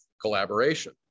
collaboration